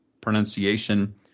pronunciation